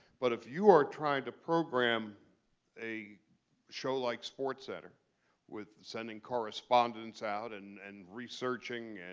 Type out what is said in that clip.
but if you are trying to program a show like sportscenter with sending correspondents, out and and researching, and